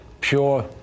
pure